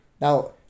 now